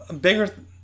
Bigger